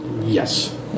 Yes